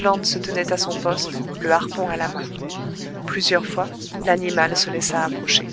land se tenait à son poste le harpon à la main plusieurs fois l'animal se laissa approcher